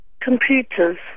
Computers